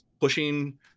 pushing